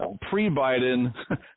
pre-Biden